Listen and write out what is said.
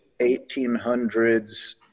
1800s